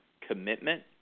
commitment